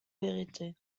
verité